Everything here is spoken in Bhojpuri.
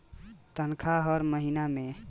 तनखाह हर महीना में एक तारीख के मिलेला